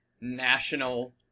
national